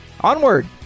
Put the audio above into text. onward